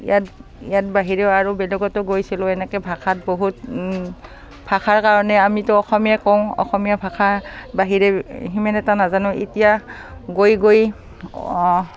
ইয়াত ইয়াত বাহিৰেও আৰু বেলেগতো গৈছিলোঁ এনেকৈ ভাষাত বহুত ভাষাৰ কাৰণে আমিতো অসমীয়া কওঁ অসমীয়া ভাষা বাহিৰে সিমান এটা নাজানো এতিয়া গৈ গৈ